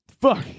fuck